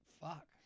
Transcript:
fuck